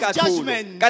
judgment